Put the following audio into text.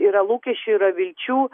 yra lūkesčių yra vilčių